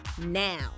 now